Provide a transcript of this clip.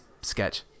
sketch